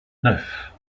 neuf